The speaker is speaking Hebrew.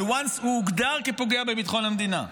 ברגע שהוא הוגדר כפוגע בביטחון המדינה,